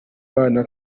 bana